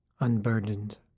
unburdened